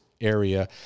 area